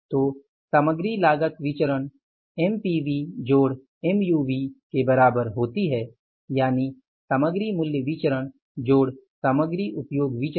तो सामग्री लागत विचरण एमपीवी जोड़ एमयूवी के बराबर होती है यानि सामग्री मूल्य विचरण जोड़ सामग्री उपयोग विचरण